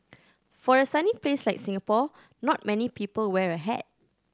for a sunny place like Singapore not many people wear a hat